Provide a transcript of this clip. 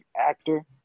actor